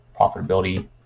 profitability